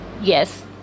yes